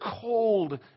cold